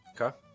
Okay